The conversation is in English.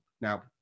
now